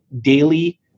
daily